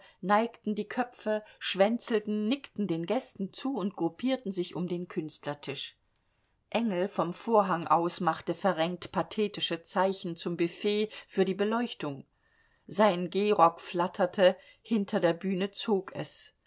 neigten die köpfe schwänzelten nickten den gästen zu und gruppierten sich um den künstlertisch engel vom vorhang aus machte verrenkt pathetische zeichen zum büfett für die beleuchtung sein gehrock flatterte hinter der bühne zog es